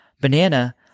banana